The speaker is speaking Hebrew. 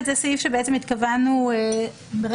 אני אבדוק את זה מול הגורמים המקצועיים.